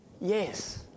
yes